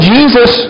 Jesus